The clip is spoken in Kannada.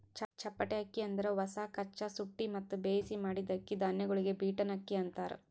ಚಪ್ಪಟೆ ಅಕ್ಕಿ ಅಂದುರ್ ಹೊಸ, ಕಚ್ಚಾ, ಸುಟ್ಟಿ ಮತ್ತ ಬೇಯಿಸಿ ಮಾಡಿದ್ದ ಅಕ್ಕಿ ಧಾನ್ಯಗೊಳಿಗ್ ಬೀಟನ್ ಅಕ್ಕಿ ಅಂತಾರ್